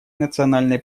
национальной